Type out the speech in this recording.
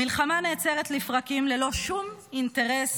המלחמה נעצרת לפרקים ללא שום אינטרס